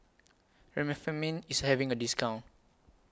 Remifemin IS having A discount